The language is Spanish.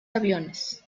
aviones